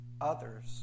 others